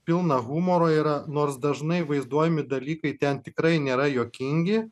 pilna humoro yra nors dažnai vaizduojami dalykai ten tikrai nėra juokingi